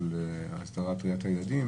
של הסדרת ראיית הילדים,